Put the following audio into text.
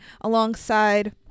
alongside